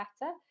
better